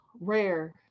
rare